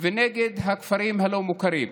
ונגד הכפרים הלא-מוכרים.